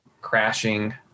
crashing